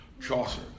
Chaucer